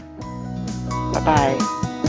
Bye-bye